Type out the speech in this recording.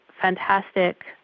fantastic